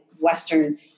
Western